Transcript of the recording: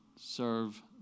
serve